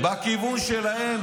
זה מהכיוון שלהם.